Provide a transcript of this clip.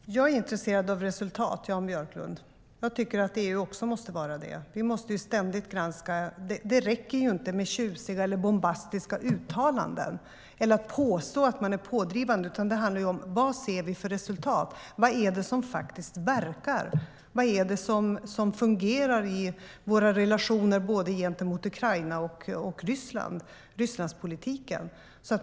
Herr talman! Jag är intresserad av resultat, Jan Björklund. Jag tycker att EU också måste vara det. Det måste ständigt ske en granskning. Det räcker inte med tjusiga eller bombastiska uttalanden eller att påstå att man är pådrivande. Det handlar ju om vilka resultat vi ser. Vad är det som faktiskt verkar? Vad är det som fungerar i våra relationer gentemot både Ukraina och Ryssland och Rysslandspolitiken.